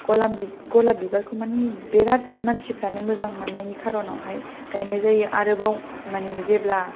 गलाब बि गलाब बिबारखौ मानि बेराद मानसिफ्रानो मोजां मोननायनि खारनाव हाय गायनाय जायो आरोबाव मानि जेब्ला